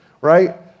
right